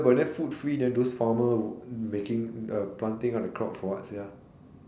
but then food free then those farmer who making uh planting all the crop for what sia